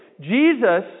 Jesus